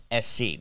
SC